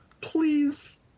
please